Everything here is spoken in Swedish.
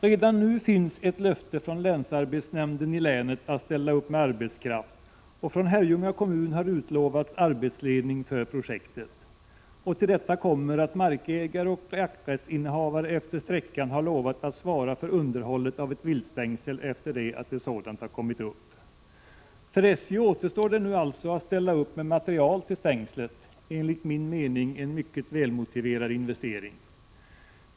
Redan nu finns ett löfte från länsarbetsnämnden i länet att ställa upp med arbetskraft, och från Herrljunga kommun har utlovats arbetsledning för projektet. Till detta kommer att markägare och jakträttsinnehavare efter sträckan har lovat att svara för underhållet av ett viltstängsel efter det att ett sådant har kommit upp. För SJ återstår nu att ställa upp med material till stängslet. Det vore enligt min mening en mycket välmotiverad investering.